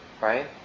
right